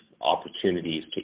opportunities